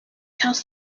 tells